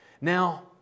Now